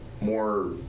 more